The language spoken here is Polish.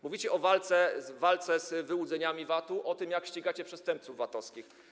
Mówicie o walce z wyłudzeniami VAT, o tym, jak ścigacie przestępców VAT-owskich.